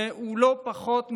והוא לא פחות מהזדעזע.